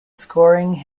scoring